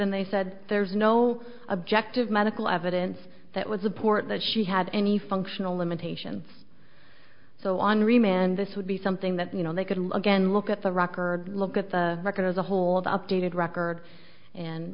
and they said there's no objective medical evidence that was a port that she had any functional limitations so on remand this would be something that you know they could again look at the record look at the record as a whole of updated records and